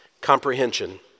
comprehension